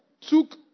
took